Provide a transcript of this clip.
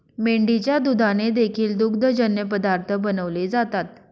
मेंढीच्या दुधाने देखील दुग्धजन्य पदार्थ बनवले जातात